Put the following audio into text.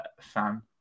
fan